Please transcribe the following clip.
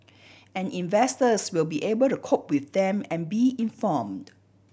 and investors will be able to cope with them and be informed